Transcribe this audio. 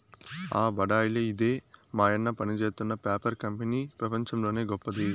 ఆ బడాయిలే ఇదే మాయన్న పనిజేత్తున్న పేపర్ కంపెనీ పెపంచంలోనే గొప్పది